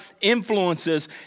influences